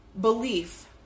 belief